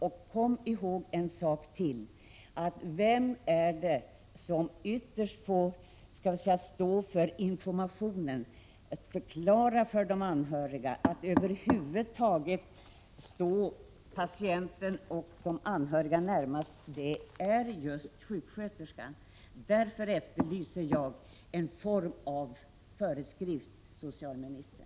Och kom ihåg en sak: Vem är det som ytterst står för informationen och meddelar de anhöriga och över huvud taget står patienten och de anhöriga närmast? Det är just sjuksköterskan. Därför efterlyser jag någon form av föreskrift, socialministern.